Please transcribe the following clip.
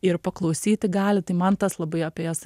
ir paklausyti gali tai man tas labai apie jas